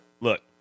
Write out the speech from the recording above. Look